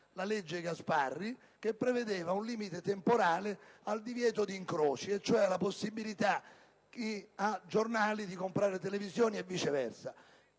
la legge Gasparri che prevedeva un limite temporale al divieto di incroci, cioè alla possibilità da parte dei giornali di comprare televisioni e viceversa.